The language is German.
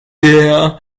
hierher